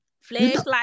flashlight